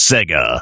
Sega